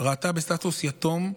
ראתה בסטטוס "יתום"